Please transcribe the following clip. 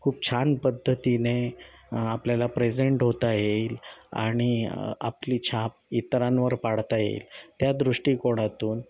खूप छान पद्धतीने आपल्याला प्रेझेंट होता येईल आणि आपली छाप इतरांवर पाडता येईल त्या दृष्टिकोनातून